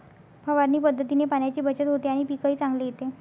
फवारणी पद्धतीने पाण्याची बचत होते आणि पीकही चांगले येते